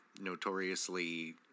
notoriously